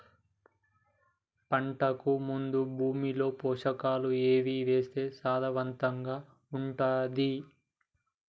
పంటకు ముందు భూమిలో పోషకాలు ఏవి వేస్తే సారవంతంగా ఉంటది?